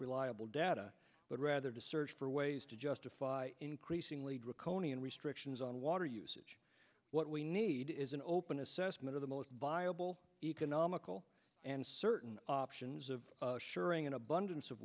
reliable data but rather to search for ways to justify increasingly draconian restrictions on water usage what we need is an open assessment of the most viable economical and certain options of suring an abundance of